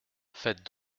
faites